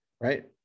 right